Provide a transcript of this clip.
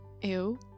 ew